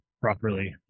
properly